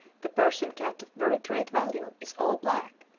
the persian cat of very great value is all black,